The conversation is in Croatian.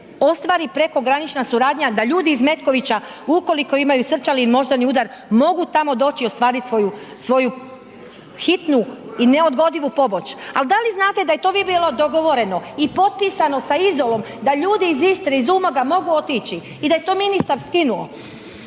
ostvari prekogranična suradnja da ljudi iz Metkovića ukoliko imaju srčani ili moždani udar mogu tamo doći i ostvarit svoju hitnu i neodgodivu pomoć, ali da li znate da je to bilo dogovoreno i potpisano sa Izolom, da ljudi iz Istre iz Umaga mogu otići i da je to ministar skinuo